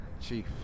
Chief